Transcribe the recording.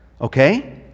okay